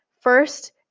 First